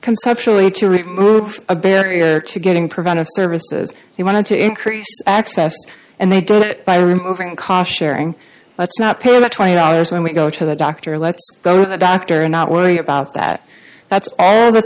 conceptually to remove a barrier to getting preventive services he wanted to increase access and they did it by removing a car sharing let's not pay about twenty dollars when we go to the doctor let's go to the doctor and not worry about that that's all th